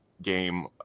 game